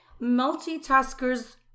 Multitaskers